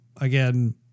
again